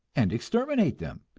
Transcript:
and exterminate them,